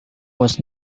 was